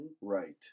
right